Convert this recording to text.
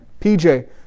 PJ